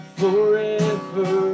forever